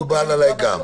מקובל עליי גם.